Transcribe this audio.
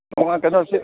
ꯀꯩꯅꯣꯁꯤ